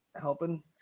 helping